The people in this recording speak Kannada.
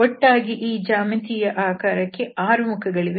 ಒಟ್ಟಾಗಿ ಈ ಜ್ಯಾಮಿತಿಯ ಆಕಾರಕ್ಕೆ 6 ಮುಖಗಳಿವೆ